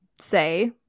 say